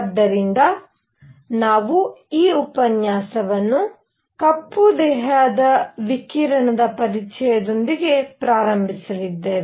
ಆದ್ದರಿಂದ ನಾವು ಈ ಉಪನ್ಯಾಸವನ್ನು ಕಪ್ಪು ದೇಹದ ವಿಕಿರಣದ ಪರಿಚಯದೊಂದಿಗೆ ಪ್ರಾರಂಭಿಸಲಿದ್ದೇವೆ